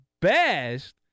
best